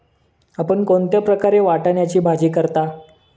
आपण कोणत्या प्रकारे वाटाण्याची भाजी करता?